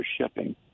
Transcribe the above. shipping